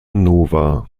nova